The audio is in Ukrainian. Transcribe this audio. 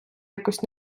якось